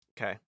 Okay